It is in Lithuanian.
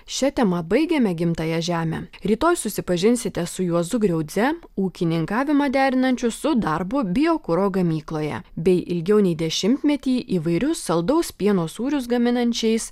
šia tema baigiame gimtąją žemę rytoj susipažinsite su juozu griaudze ūkininkavimą derinančiu su darbu biokuro gamykloje bei ilgiau nei dešimtmetį įvairius saldaus pieno sūrius gaminančiais